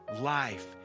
life